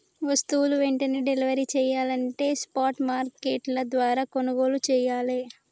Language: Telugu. వస్తువులు వెంటనే డెలివరీ చెయ్యాలంటే స్పాట్ మార్కెట్ల ద్వారా కొనుగోలు చెయ్యాలే